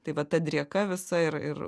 taip vat ta drėka visa ir ir